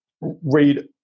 read